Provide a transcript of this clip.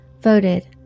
Voted